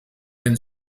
and